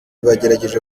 bagerageje